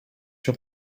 się